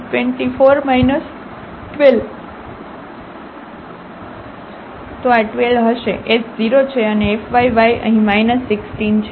તો આ 12 હશે s 0 છે અને fyy અહીં 16 છે